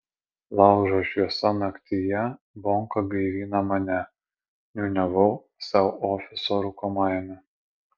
laužo šviesa naktyje bonka gaivina mane niūniavau sau ofiso rūkomajame